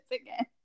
again